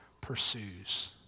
pursues